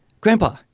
Grandpa